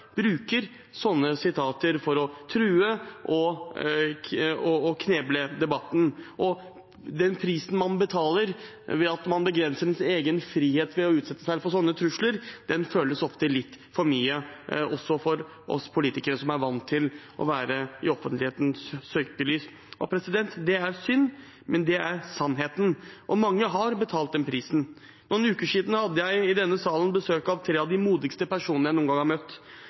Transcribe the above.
bruker slike sitater for å true og kneble debatten. Den prisen man betaler ved at man begrenser sin egen frihet når man utsettes for slike trusler, føles ofte litt for høy, også for oss politikere, som er vant til å være i offentlighetens søkelys. Det er synd, men det er sannheten. Mange har betalt den prisen. For noen uker siden hadde jeg i denne salen besøk av tre av de modigste personene jeg noen gang har møtt.